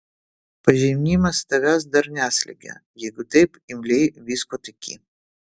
pažinimas tavęs dar neslegia jeigu taip imliai viskuo tiki